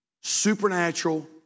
Supernatural